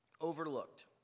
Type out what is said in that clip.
overlooked